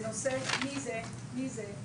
בנושא מי זה, מי זה,